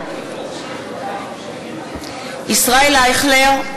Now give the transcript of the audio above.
נוכח ישראל אייכלר,